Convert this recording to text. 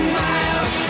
miles